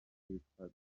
witwa